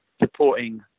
supporting